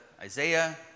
Isaiah